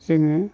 जोङो